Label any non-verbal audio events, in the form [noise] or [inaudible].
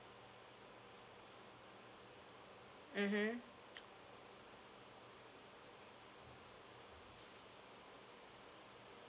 mmhmm [noise]